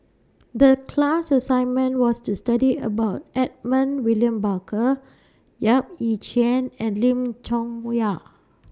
The class assignment was to study about Edmund William Barker Yap Ee Chian and Lim Chong Yah